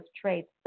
traits